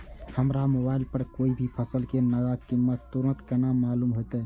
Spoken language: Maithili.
हमरा मोबाइल पर कोई भी फसल के नया कीमत तुरंत केना मालूम होते?